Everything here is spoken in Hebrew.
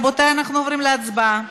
רבותי, אנחנו עוברים להצבעה,